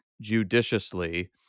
judiciously